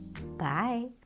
Bye